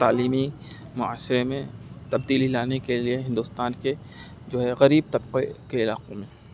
تعلیمی معاشرے میں تبدیلی لانے کے لیے ہندوستان کے جو ہے غریب طبقے کے علاقوں میں